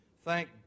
thank